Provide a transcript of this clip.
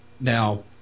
Now